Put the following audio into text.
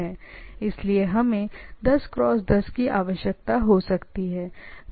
इसलिए आदर्श रूप से हमें 10 क्रॉस 10 की आवश्यकता हो सकती हैयदि इस तरह की स्थिति थी